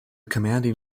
commanding